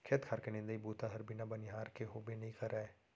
खेत खार के निंदई बूता हर बिना बनिहार के होबे नइ करय